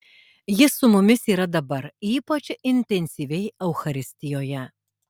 jis su mumis yra dabar ypač intensyviai eucharistijoje